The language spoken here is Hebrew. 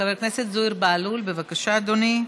חבר הכנסת זוהיר בהלול, בבקשה, אדוני.